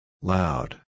Loud